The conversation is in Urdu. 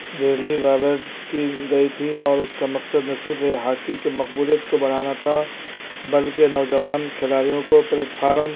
دہلی ویویرٹس کی گئی تھی اور اس کا مقصد نہ صرف یہ ہاکی کے مقبولیت کو بڑھانا تھا بلکہ نوجوان کھلاڑیوں کو پلیٹفارم